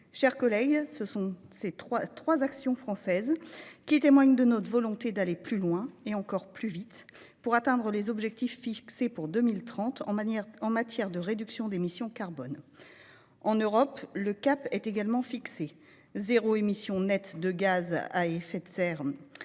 Chers collègues, ces trois actions françaises témoignent de notre volonté d'aller plus loin, et encore plus vite, pour atteindre les objectifs fixés pour 2030 en matière de réduction d'émissions carbone. En Europe, le cap est également fixé : zéro émission nette de gaz à effet de serre